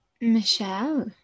Michelle